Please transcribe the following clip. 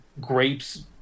grapes